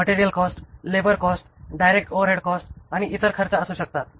material cost labour cost आणि direct overhead cost किंवा इतर खर्च असू शकतात